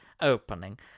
opening